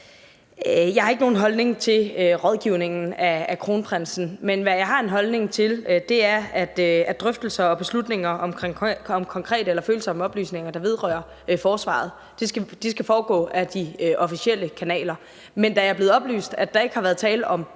Jeg har ikke nogen holdning til rådgivningen af kronprinsen, men hvad jeg har en holdning til, er, at drøftelser og beslutninger om konkrete eller følsomme oplysninger, der vedrører forsvaret, skal foregå ad de officielle kanaler. Men da jeg er blevet oplyst, at der ikke har været tale om